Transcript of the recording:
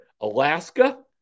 Alaska